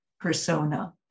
persona